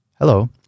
Hello